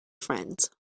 friends